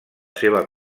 seva